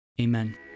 Amen